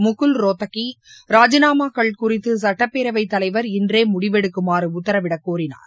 முகுல் ரோத்தகி ராஜினாமாக்கள் குறித்து சட்டப்பேரவை தலைவர் இன்றே முடிவெடுக்குமாறு உத்தரவிட கோரினார்